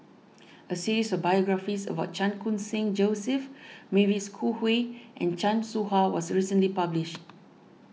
a series of biographies about Chan Khun Sing Joseph Mavis Khoo Oei and Chan Soh Ha was recently published